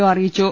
O അറിയിച്ചു